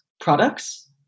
products